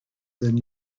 than